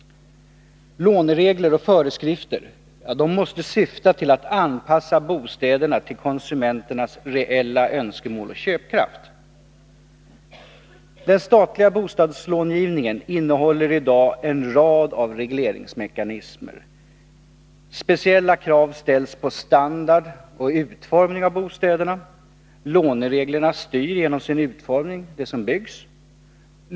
Låneregler och föreskrifter måste syfta till att anpassa bostäderna till konsumenternas reella önskemål och köpkraft. Den statliga bostadslångivningen innehåller i dag en rad av regleringsmekanismer. Speciella krav ställs på standard och utformning av bostäderna. Lånereglerna styr genom sin utformning det som byggs.